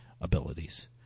abilities